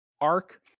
arc